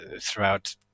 throughout